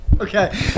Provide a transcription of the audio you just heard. Okay